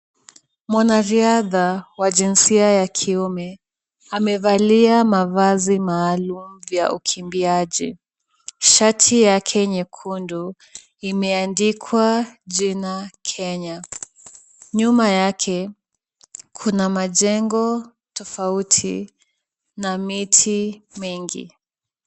Mwanariadha wa jinsia ya kiume amevalia mavazi maalum vya ukimbiaji. Shati yake nyekundu imeandikwa jina Kenya. Nyuma yake kuna majengo tofauti na miti mingi.